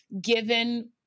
given